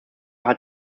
hat